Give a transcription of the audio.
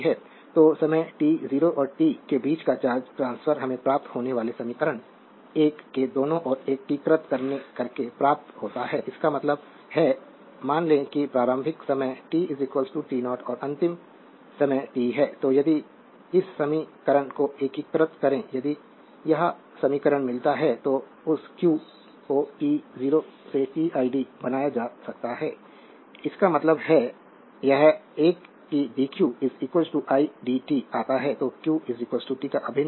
तो समय t 0 और t के बीच का चार्ज ट्रांसफर हमें प्राप्त होने वाले समीकरण 1 के दोनों ओर एकीकृत करके प्राप्त होता है इसका मतलब है मान लें कि प्रारंभिक समय t t 0 और अंतिम समय t है तो यदि इस समीकरण को एकीकृत करें यदि यह समीकरण मिलता है तो उस q को t 0 से tid बनाया जा सकता है इसका मतलब है यह एक कि dq i dt आता है तो q t का अभिन्न अंग 0 से t तब idt